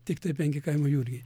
tiktai penki kaimo jurgiai